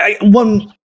one